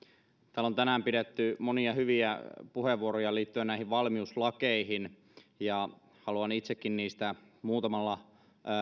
täällä on tänään pidetty monia hyviä puheenvuoroja liittyen näihin valmiuslakeihin haluan itsekin muutamalla